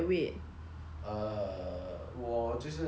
err 我就是运动